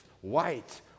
white